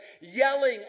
yelling